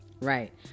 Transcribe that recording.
right